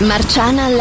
Marciana